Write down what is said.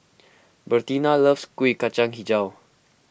Bertina loves Kuih Kacang HiJau